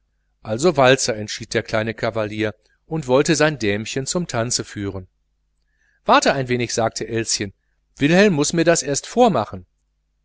also walzer entschied der kleine kavalier und wollte sein dämchen zum tanz führen warte ein wenig sagte elschen wilhelm muß mir das erst vormachen